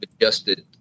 adjusted